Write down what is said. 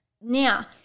Now